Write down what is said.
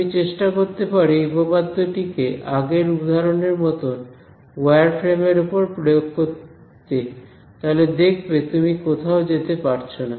তুমি চেষ্টা করতে পারো এই উপপাদ্যটি কে আগের উদাহরণ এর মত ওয়্যার ফ্রেম এর ওপর প্রয়োগ করতে তাহলে দেখবে তুমি কোথাও যেতে পারছ না